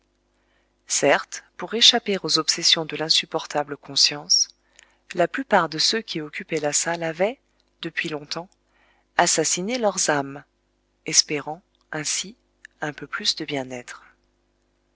certes pour échapper aux obsessions de l'insupportable conscience la plupart de ceux qui occupaient la salle avaient depuis longtemps assassiné leurs âmes espérant ainsi un peu plus de bien-être